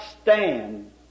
stand